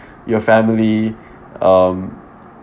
your family um